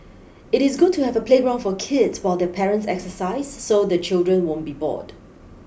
it is good to have a playground for kids while their parents exercise so the children won't be bored